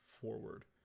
forward